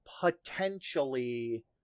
potentially